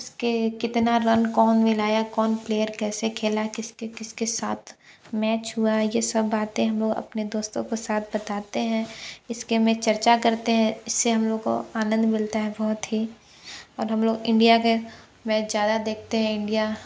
उसके कितना रन कौन ने लाया कौन प्लेयर कैसे खेला किसके किसके साथ मैच हुआ ये सब बातें हम लोग अपने दोस्तों को साथ बतातें हैं इसके में चर्चा करतें हैं इससे हम लोग को आनंद मिलता है बहुत ही और हम लोग इंडिया के मैच ज़्यादा देखते हैं इंडिया